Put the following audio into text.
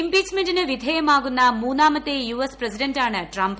ഇംപീച്ച്മെന്റിന് വിധേയമാകുന്ന മൂന്നാമത്തെ U S പ്രസിഡന്റാണ് ട്രംപ്